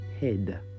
head